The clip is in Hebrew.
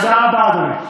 תודה רבה, אדוני.